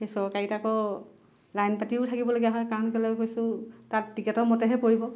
সেই চৰকাৰীত আকৌ লাইন পাতিও থাকিবলগীয়া হয় কাৰণ কেইলৈ কৈছোঁ তাত টিকটৰ মতেহে কৰিব